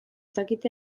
dakite